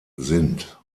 sind